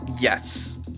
Yes